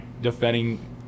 defending